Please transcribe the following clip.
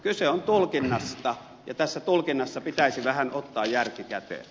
kyse on tulkinnasta ja tässä tulkinnassa pitäisi vähän ottaa järki käteen